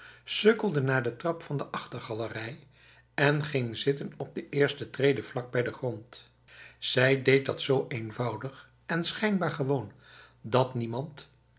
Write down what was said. sukkelde naar de trap van de achtergalerij en ging zitten op de eerste trede vlakbij de grond zij deed dat zo eenvoudig en schijnbaar gewoon dat niemand